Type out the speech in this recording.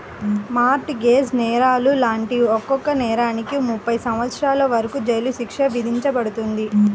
mart gauge నేరాలు లాంటి ఒక్కో నేరానికి ముప్పై సంవత్సరాల వరకు జైలు శిక్ష విధించబడుతుంది